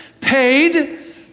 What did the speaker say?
paid